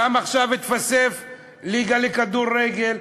ועכשיו התווספה גם הליגה לכדורגל.